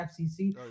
FCC